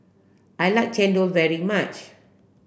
I like Chendol very much